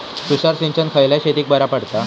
तुषार सिंचन खयल्या शेतीक बरा पडता?